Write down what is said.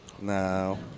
No